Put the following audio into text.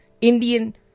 Indian